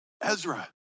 Ezra